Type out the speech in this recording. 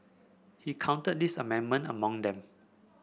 he counted this amendment among them